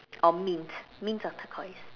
or mint mint or turquoise